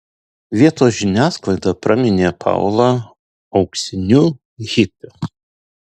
vietos žiniasklaida praminė paulą auksiniu hipiu